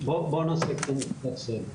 בואו נעשה קצת סדר.